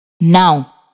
Now